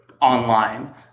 online